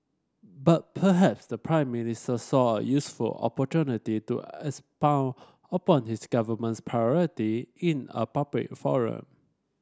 but perhaps the Prime Minister saw a useful opportunity to expound upon his government's priority in a public forum